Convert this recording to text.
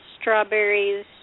strawberries